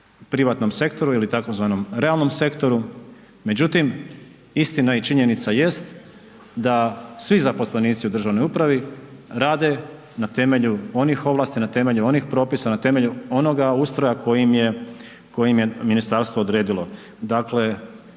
privatnom sektoru ili tzv. realnom sektoru. Međutim, istina i činjenica jest da svi zaposlenici u državnoj upravi rade na temelju onih ovlasti, na temelju onih propisa, na temelju onoga ustroja koji im je ministarstvo odredilo.